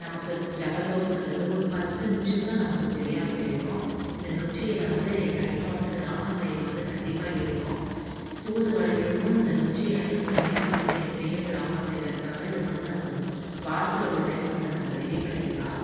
நமக்கு ஜலதோஷன்றது ஒரு பத்து நிமிஷத்தில் நமக்கு சரியா போயிடும் இந்த நொச்சி எலை வந்து கண்டிப்பாக வந்து கிராமம் சைடில் வந்து கண்டிப்பாக இருக்கும் தூதுவளையமும் இந்த நொச்சி இலைகளும் கண்டிப்பாக வந்து எப்போயுமே கிராமம் சைடில் இருக்கறதுனால இது வந்து நம்ம வாரத்தில் ஒரு டைம் வந்து நம்ம ரெடி பண்ணிக்கலாம்